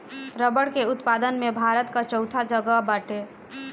रबड़ के उत्पादन में भारत कअ चउथा जगह बाटे